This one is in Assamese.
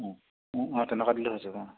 অঁ অঁ তেনেকুৱা দিলে হৈ যাব